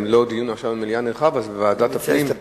אם לא דיון עכשיו, שנערך במליאה, אז בוועדת הפנים.